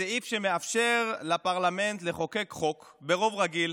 סעיף שמאפשר לפרלמנט לחוקק חוק ברוב רגיל